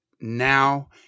now